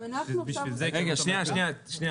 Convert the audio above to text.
אם אנחנו עכשיו עושים --- רגע, שנייה, שנייה.